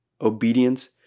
obedience